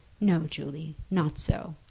no, julie not so.